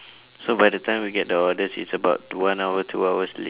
so by the time we get the orders it's about tw~ one hour two hours late